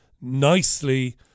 nicely